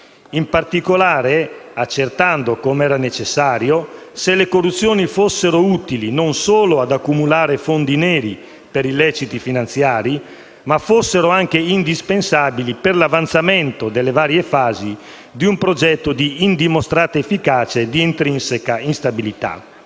in particolare accertando - com'era necessario - se le corruzioni fossero non solo utili ad accumulare fondi neri per illeciti finanziari, ma anche indispensabili per l'avanzamento delle varie fasi di un progetto di indimostrata efficacia e di intrinseca instabilità.